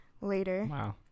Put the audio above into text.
Later